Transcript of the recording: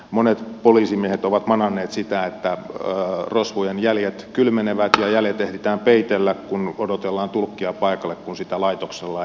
monet poliisimiehet ovat mananneet sitä että rosvojen jäljet kylmenevät ja jäljet ehditään peitellä kun odotellaan tulkkia paikalle kun sitä laitoksella ei ole